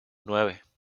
nueve